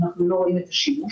אנחנו לא רואים את השימוש.